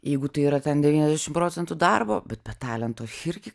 jeigu tai yra ten devyniasdešimt procentų darbo bet be talento irgi